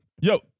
Yo